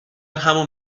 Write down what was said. همون